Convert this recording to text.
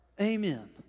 Amen